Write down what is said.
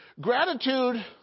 gratitude